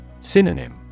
Synonym